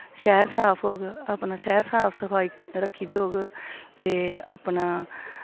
शैह्र साफ होग अपना शैह्र साफ सफाई रक्खी दी होग ते अपना